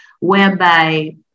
whereby